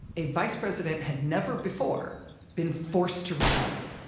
a vice president had never before been forced to resign.